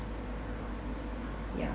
ya